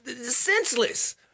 senseless